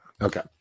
Okay